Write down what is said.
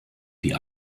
die